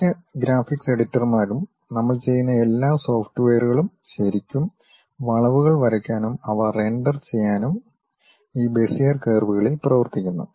മിക്ക ഗ്രാഫിക്സ് എഡിറ്റർമാരും നമ്മൾ ചെയ്യുന്ന എല്ലാ സോഫ്റ്റ്വെയറുകളും ശരിക്കും വളവുകൾ വരയ്ക്കാനും അവ റെൻഡർ ചെയ്യാനും ഈ ബെസിയർ കർവുകളിൽ പ്രവർത്തിക്കുന്നു